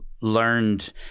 learned